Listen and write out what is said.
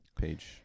page